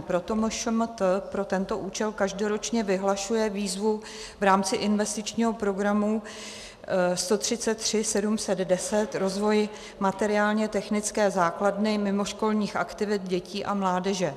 Proto MŠMT pro tento účel každoročně vyhlašuje výzvu v rámci investičního programu 133710 Rozvoj materiálně technické základny mimoškolních aktivit dětí a mládeže.